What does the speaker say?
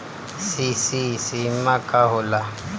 CC सीमा का होला?